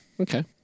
Okay